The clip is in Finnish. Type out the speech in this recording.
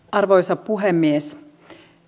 arvoisa puhemies